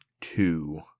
two